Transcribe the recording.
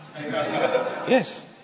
Yes